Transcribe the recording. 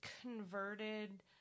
converted